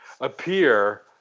appear